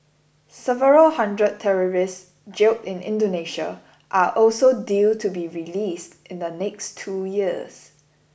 several hundred terrorists jailed in Indonesia are also due to be released in the next two years